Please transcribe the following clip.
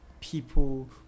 people